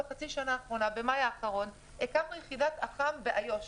במאי האחרון הקמנו יחידת הח"מ באיו"ש,